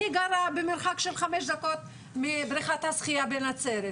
אני גרה במרחק של חמש דקות מבריכת השחייה בנצרת.